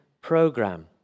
program